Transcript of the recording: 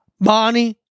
Bonnie